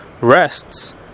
rests